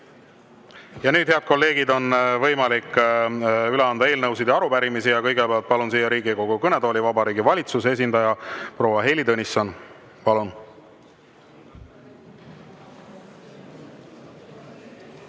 nüüd, head kolleegid, on võimalik üle anda eelnõusid ja arupärimisi. Kõigepealt palun siia Riigikogu kõnetooli Vabariigi Valitsuse esindaja proua Heili Tõnissoni. Palun!